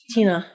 Tina